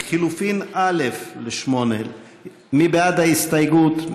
לחלופין א' להסתייגות 8. מי בעד ההסתייגות?